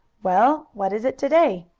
well, what is it to-day?